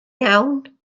iawn